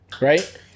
Right